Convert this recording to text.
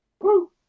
Woo